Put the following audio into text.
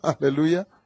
Hallelujah